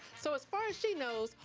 so as far as she knows,